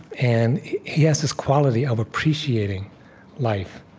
and he has this quality of appreciating life,